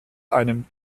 einem